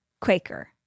Quaker